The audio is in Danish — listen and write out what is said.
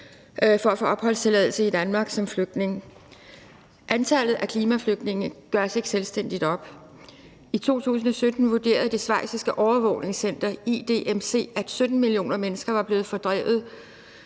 for at få opholdstilladelse i Danmark som flygtning. Antallet af klimaflygtninge gøres ikke selvstændigt op. I 2017 vurderede det schweiziske overvågningscenter IDMC, at 17 millioner mennesker var blevet fordrevet